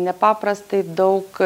nepaprastai daug